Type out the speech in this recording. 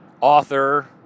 author